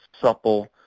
supple